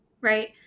right